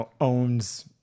owns